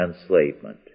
enslavement